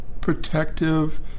protective